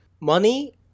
money